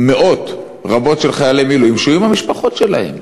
מאות רבות של חיילי מילואים שיהיו עם המשפחות שלהם.